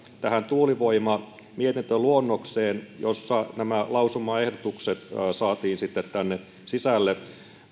tähän tuulivoimamietintöluonnokseen jossa nämä lausumaehdotukset saatiin sitten tänne sisälle